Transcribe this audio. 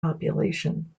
population